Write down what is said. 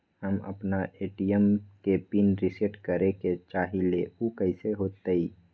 हम अपना ए.टी.एम के पिन रिसेट करे के चाहईले उ कईसे होतई?